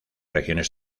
regiones